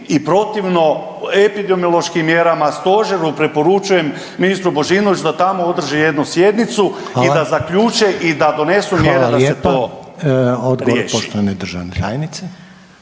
i protivno epidemiološkim mjerama, stožeru preporučujem ministru Božinoviću da tako održi jednu sjednicu …/Upadica: Hvala./… i da zaključe i da donesu mjere da se to riješi.